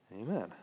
Amen